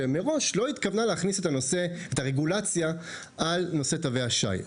שמראש לא התכוונה להכניס את הרגולציה לנושא תווי השי.